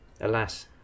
Alas